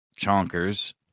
chonkers